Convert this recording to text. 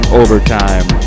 overtime